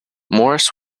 morris